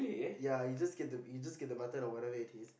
ya you just get the you just get the mutton or whatever it is